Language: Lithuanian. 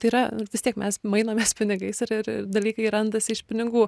tai yra vis tiek mes mainomės pinigais ir ir dalykai randasi iš pinigų